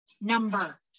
number